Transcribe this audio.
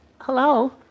Hello